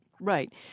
Right